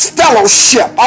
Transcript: fellowship